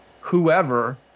whoever